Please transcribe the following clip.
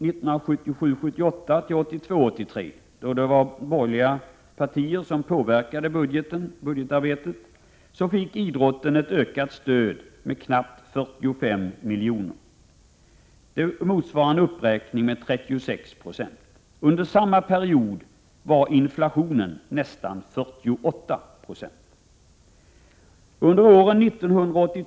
Från 1977 83, då borgerliga partier påverkade budgetarbetet, fick idrotten ökat stöd med knappt 45 milj.kr., motsvarande 36 20. Under samma period var inflationen nästan 48 90.